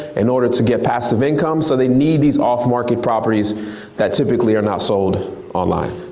in order to get passive income, so they need these off market properties that typically are not sold online.